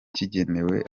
kigenewe